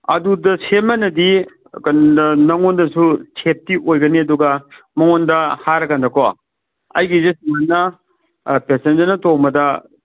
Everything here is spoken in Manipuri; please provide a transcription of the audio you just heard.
ꯑꯗꯨꯗ ꯁꯦꯝꯕꯅꯗꯤ ꯅꯪꯉꯣꯟꯗꯁꯨ ꯁꯦꯕꯇꯤ ꯑꯣꯏꯒꯅꯤ ꯑꯗꯨꯒ ꯃꯉꯣꯟꯗ ꯍꯥꯏꯔꯒꯅꯀꯣ ꯑꯩꯒꯤꯁꯦ ꯁꯨꯃꯥꯏꯅ ꯄꯦꯁꯦꯟꯖꯔꯅ ꯇꯣꯡꯕꯗ